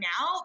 now